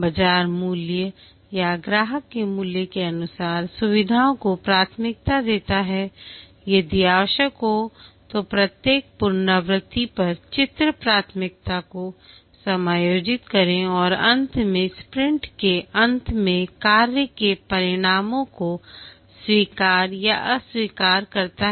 बाजार मूल्य या ग्राहक के मूल्य के अनुसार सुविधाओं को प्राथमिकता देता है यदि आवश्यक हो तो प्रत्येक पुनरावृत्ति पर चित्र प्राथमिकता को समायोजित करें और अंत में स्प्रिंट के अंत में कार्य के परिणामों को स्वीकार या अस्वीकार करता है